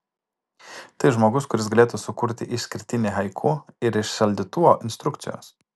tai žmogus kuris galėtų sukurti išskirtinį haiku ir iš šaldytuvo instrukcijos